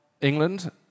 England